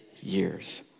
years